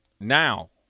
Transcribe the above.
Now